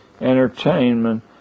entertainment